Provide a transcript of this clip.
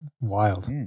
Wild